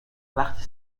وقتی